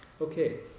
Okay